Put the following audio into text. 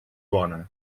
bona